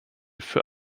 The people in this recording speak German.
für